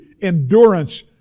endurance